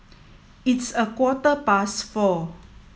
its a quarter past four